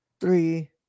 three